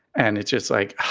and it's just like,